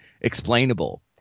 explainable